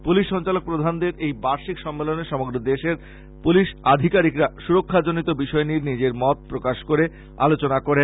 police সঞ্চালক প্রধানদের এই বার্ষিক সম্মেলনে সমগ্র দেশের পুলিশ আধিকারিকরা সুরক্ষাজনিত বিষয় নিয়ে নিজের মত প্রকাশ করে আলোচনা করেন